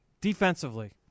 Defensively